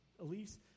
Elise